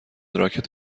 راکت